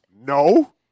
No